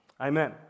Amen